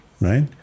right